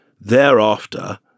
Thereafter